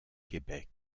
québec